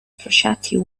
frascati